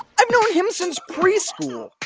i've known him since preschool.